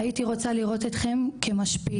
הייתי רוצה לראות אתכם כמשפיעים,